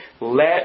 let